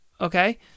Okay